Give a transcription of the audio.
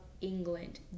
england